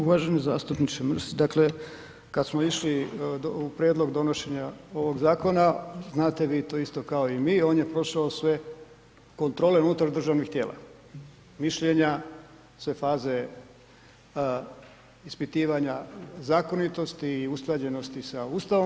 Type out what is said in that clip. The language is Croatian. Uvaženi zastupniče, dakle kad smo išli u prijedlog donošenja ovog zakona, znate vi to isto kao i mi on je prošao sve kontrole unutar državnih tijela, mišljenja, sve faze ispitivanja zakonitosti i usklađenosti sa Ustavom.